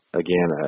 again